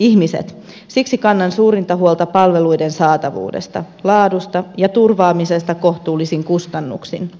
siksi kannan suurinta huolta palveluiden saatavuudesta laadusta ja turvaamisesta kohtuullisin kustannuksin